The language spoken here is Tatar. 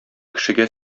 кешегә